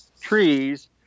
trees